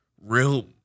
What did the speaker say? real